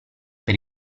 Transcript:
per